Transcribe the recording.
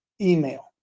email